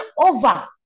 over